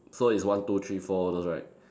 so it's one two three four all those right